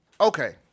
Okay